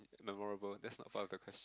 memorable that's not part of the question